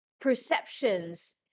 perceptions